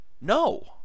No